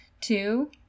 Two